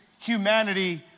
humanity